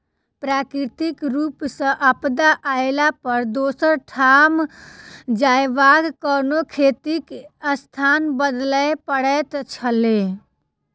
प्राकृतिक रूप सॅ आपदा अयला पर दोसर ठाम जायबाक कारणेँ खेतीक स्थान बदलय पड़ैत छलै